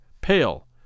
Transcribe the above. pale